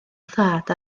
thad